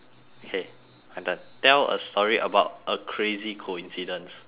K my turn tell a story about a crazy coincidence